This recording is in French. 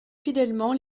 fidèlement